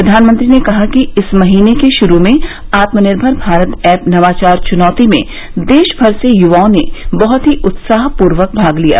प्रधानमंत्री ने कहा कि इस महीने के शुरू में आत्मनिर्मर भारत ऐप नवाचार चुनौती में देशभर से युवाओं ने बहुत ही उत्साहपूर्वक भाग लिया